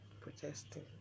protesting